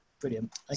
Brilliant